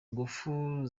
ingufu